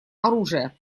оружия